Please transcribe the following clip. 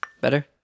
Better